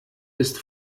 ist